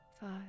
five